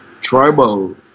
tribal